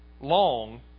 long